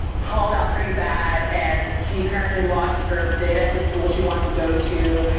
called out pretty bad and she apparently lost her bid at the school she wants to go to.